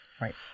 Right